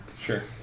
Sure